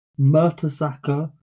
Murtazaka